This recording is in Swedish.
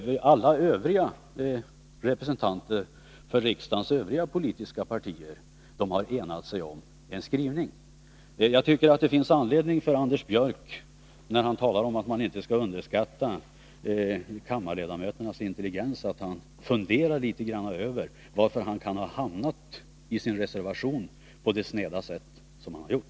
Alla övriga representanter för riksdagens övriga partier har enat sig om en skrivning. Jag tycker därför det finns anledning för Anders Björck, när han säger att man inte skall underskatta kammarledamöternas intelligens, att fundera litet över varför han kan ha hamnat i sin reservation på det sneda sätt som han gjort.